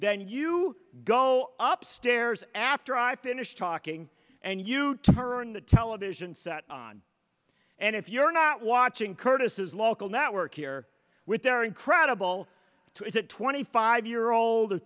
then you go up stairs after i finish talking and you turn the television set on and if you're not watching curtis's local network here with their incredible two it's a twenty five year old a